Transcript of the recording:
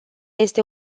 este